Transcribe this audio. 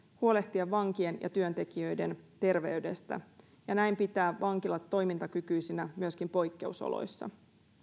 huolehtia vankien ja työntekijöiden terveydestä ja näin pitää vankilat toimintakykyisinä myöskin poikkeusoloissa